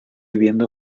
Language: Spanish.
viendo